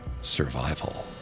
survival